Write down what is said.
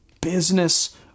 business